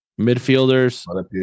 midfielders